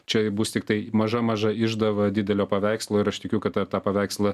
čia bus tiktai maža maža išdava didelio paveikslo ir aš tikiu kad ir tą paveikslą